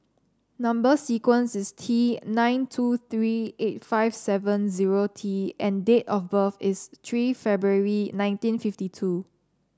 number sequence is T nine two three eight five seven zero T and date of birth is three February nineteen fifty two